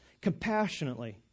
compassionately